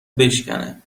بشکنه